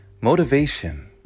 motivation